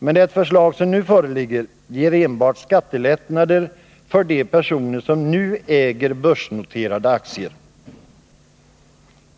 Men det förslag som nu föreligger ger skattelättnader enbart för de personer som nu äger börsnoterade aktier.